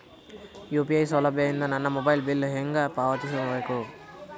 UPI ಸೌಲಭ್ಯ ಇಂದ ನನ್ನ ಮೊಬೈಲ್ ಬಿಲ್ ಹೆಂಗ್ ಪಾವತಿಸ ಬೇಕು?